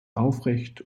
aufrecht